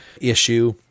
issue